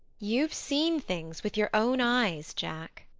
you've seen things with your own eyes, jack.